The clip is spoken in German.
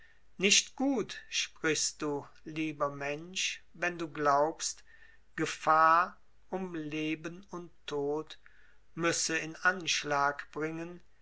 nicht gut sprichst du lieber mensch wenn du glaubst gefahr um leben und tod müsse in anschlag bringen